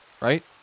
right